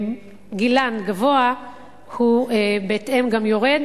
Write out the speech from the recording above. שגילן גבוה הוא בהתאם גם יורד,